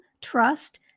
trust